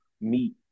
meat